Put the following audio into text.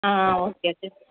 okay చే